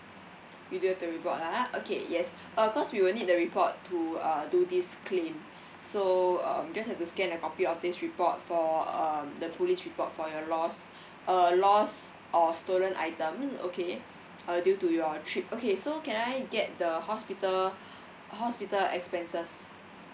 you do have the report ah okay yes uh cause we will need the report to uh do this claim so um you just have to scan a copy of this report for um the police report for your lost uh lost or stolen item okay uh due to your trip okay so can I get the hospital hospital expenses